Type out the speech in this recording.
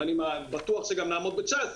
ואני בטוח שגם נעמוד ב-19',